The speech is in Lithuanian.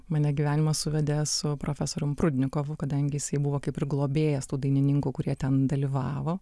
mane gyvenimas suvedė su profesorium prudnikovu kadangi jisai buvo kaip ir globėjas tų dainininkų kurie ten dalyvavo